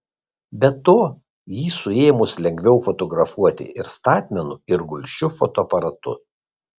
be to jį suėmus lengviau fotografuoti ir statmenu ir gulsčiu fotoaparatu